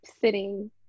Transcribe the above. sitting